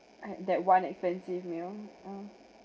I had that one expensive meal uh